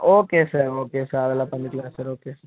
okay sir okay sir அதெல்லாம் பண்ணிக்கலாம் sir okay sir